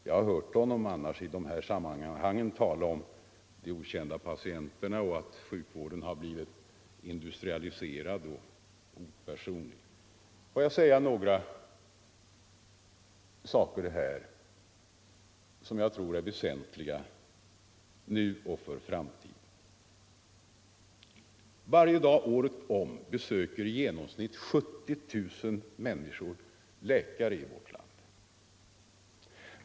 Jag har annars hört honom i det här sammanhanget tala om de okända patienterna och att sjukvården blivit industrialiserad och opersonlig. Får jag nämna några saker som jag tror är väsentliga nu och för framtiden. Varje dag året om besöker i genomsnitt 70 000 människor läkare i vårt land.